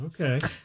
Okay